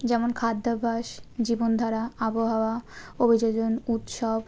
যেমন খাদ্যাভাস জীবনধারা আবহাওয়া অভিযোজন উৎসব